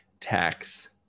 tax